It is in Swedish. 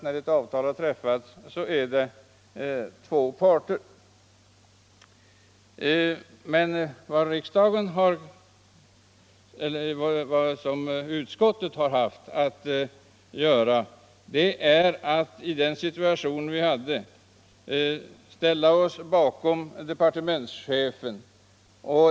När ett avtal träffas är ju två parter inblandade. Utskottet har i den här situationen ställt sig bakom departements chefen.